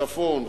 צפון,